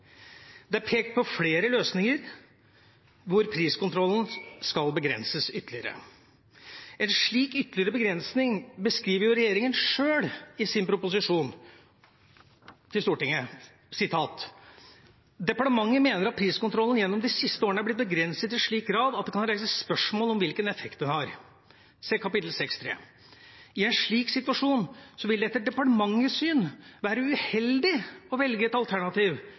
Det er pekt på flere løsninger hvor priskontrollen skal begrenses ytterligere. En slik ytterligere begrensning beskriver regjeringen sjøl i sin proposisjon til Stortinget: «Departementet mener at priskontrollen gjennom de siste årene er blitt begrenset i slik grad at det kan reises spørsmål om hvilken effekt den har, se kapittel 6.3. I en slik situasjon vil det etter departementets syn være uheldig å velge et alternativ